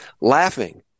laughing